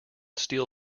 steal